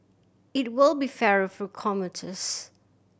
it will be fairer for commuters